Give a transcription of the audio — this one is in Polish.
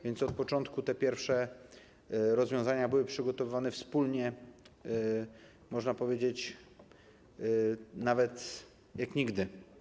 Więc od początku te pierwsze rozwiązania były przygotowywane wspólnie, można powiedzieć nawet: jak nigdy.